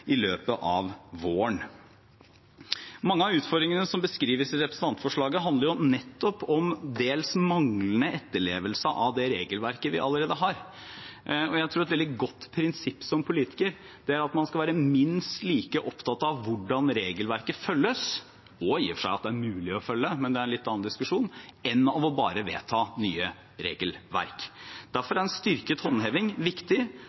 i løpet av våren. Mange av utfordringene som beskrives i representantforslaget, handler nettopp om til dels manglende etterlevelse av det regelverket vi allerede har. Jeg tror det er et veldig godt prinsipp for en politiker at man skal være minst like opptatt av hvordan regelverket følges – og i og for seg at det er mulig å følge, men det er en litt annen diskusjon – enn av bare å vedta nye regelverk. Derfor er en styrket håndheving viktig,